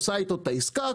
עושה אתו את העסקה,